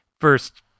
first